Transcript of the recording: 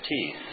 teeth